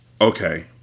Okay